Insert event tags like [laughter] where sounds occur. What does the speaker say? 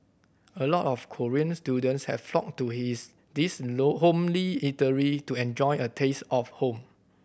a lot of Korean students have flocked to his this [unintelligible] homely eatery to enjoy a taste of home